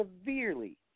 severely